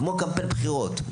כמו קמפיין בחירות.